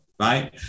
right